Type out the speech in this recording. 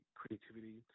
creativity